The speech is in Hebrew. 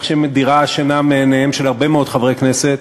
שהיא מדירה שינה מעיניהם של הרבה מאוד חברי כנסת,